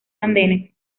andenes